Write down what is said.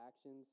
actions